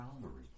Calvary